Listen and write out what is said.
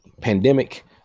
pandemic